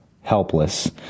Helpless